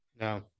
No